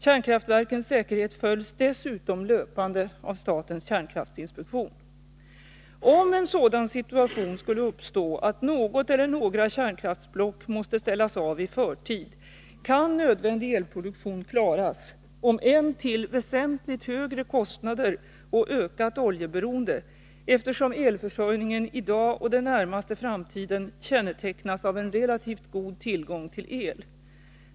Kärnkraftverkens säkerhet följs dessutom löpande av statens kärnkraftinspektion. Om en sådan situation skulle uppstå att något eller några kärnkraftsblock måste ställas av i förtid kan nödvändig elproduktion klaras, om än till väsentligt högre kostnader och ökat oljeberoende, eftersom elförsörjningen i dag och den närmaste framtiden kännetecknas av en relativt god tillgång till el.